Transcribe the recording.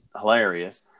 hilarious